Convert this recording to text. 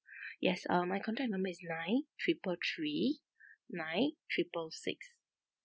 yes uh my contact number is nine triple three nine triple six